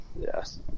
yes